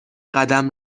قدم